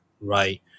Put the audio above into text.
right